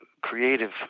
creative